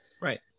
right